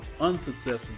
unsuccessful